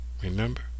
Remember